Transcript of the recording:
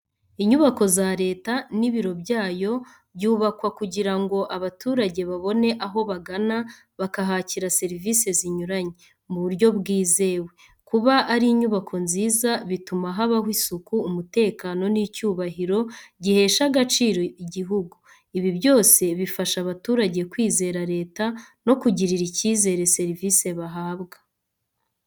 Inyubako za Leta n’ibiro byayo byubakwa kugira ngo abaturage babone aho bagana, bakahakira serivisi zinyuranye mu buryo bwizewe. Kuba ari inyubako nziza, bituma habaho isuku, umutekano, n’icyubahiro gihesha agaciro igihugu. Ibi byose bifasha abaturage kwizera Leta no kugirira icyizere serivisi bahabwa.